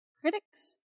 critics